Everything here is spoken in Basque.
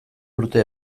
urte